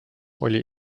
oli